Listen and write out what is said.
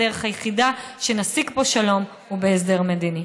הדרך היחידה שנשיג פה שלום היא בהסדר מדיני.